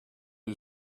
who